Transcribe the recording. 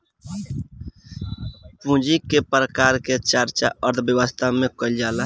पूंजी के प्रकार के चर्चा अर्थव्यवस्था में कईल जाला